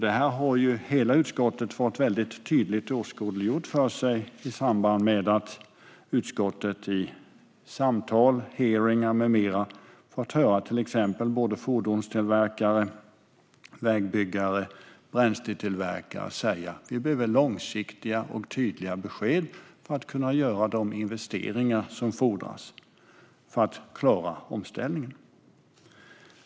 Detta har hela utskottet fått väldigt tydligt åskådliggjort för sig i samband med hearingar med mera, där vi exempelvis har fått höra fordonstillverkare, vägbyggare och bränsletillverkare säga att de behöver långsiktiga och tydliga besked för att kunna göra de investeringar som fordras för att klara omställningen.